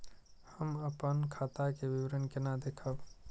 हम अपन खाता के विवरण केना देखब?